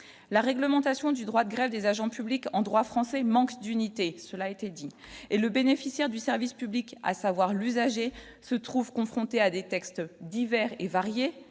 la réglementation du droit de grève des agents publics en droit français, manque d'unité, cela a été dit et le bénéficiaire du service public, à savoir l'usager se trouve confronté à des textes divers et variés,